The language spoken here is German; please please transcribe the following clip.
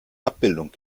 abbildung